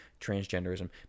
transgenderism